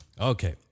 Okay